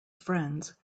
friends